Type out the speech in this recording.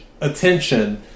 attention